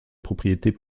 propriétés